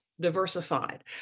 diversified